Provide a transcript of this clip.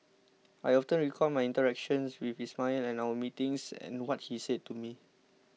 I often recall my interactions with Ismail and our meetings and what he said to me